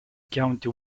county